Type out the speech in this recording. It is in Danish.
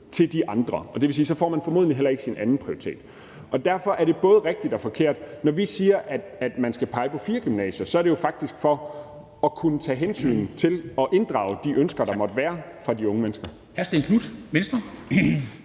til de andre, og det vil sige, at man så formodentlig heller ikke får sin andenprioritet. Derfor er det både rigtigt og forkert. Når vi siger, at man skal pege på fire gymnasier, er det jo faktisk for at kunne tage hensyn til og inddrage de ønsker, der måtte være fra de unge mennesker.